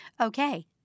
okay